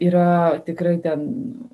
yra tikrai ten